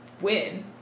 win